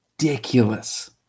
ridiculous